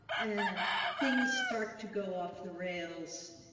and things start to go off the rails